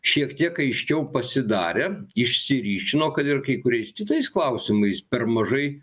šiek tiek aiškiau pasidarė išsiryškino kad ir kai kuriais kitais klausimais per mažai